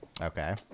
Okay